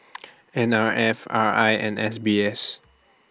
N R F R I and S B S